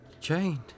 chained